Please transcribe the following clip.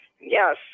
Yes